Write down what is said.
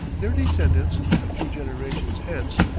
their descendants, a few generations hence,